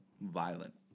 violent